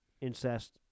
incest